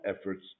efforts